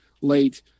late